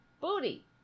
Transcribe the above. Booty